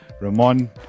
Ramon